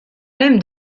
même